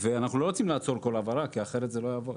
ואנחנו לא רוצים לעצור כל העברה כי אחרת זה לא יעבוד.